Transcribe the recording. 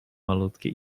malutkie